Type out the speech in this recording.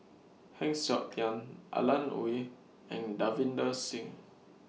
Heng Siok Tian Alan Oei and Davinder Singh